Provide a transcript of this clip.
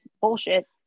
bullshit